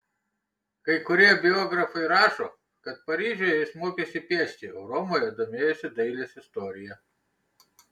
kai kurie biografai rašo kad paryžiuje jis mokėsi piešti o romoje domėjosi dailės istorija